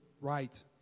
right